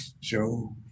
Joe